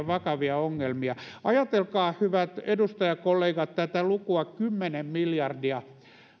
vakavia ongelmia ajatelkaa hyvät edustajakollegat tätä lukua kymmenen miljardia